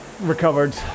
recovered